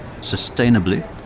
sustainably